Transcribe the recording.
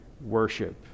worship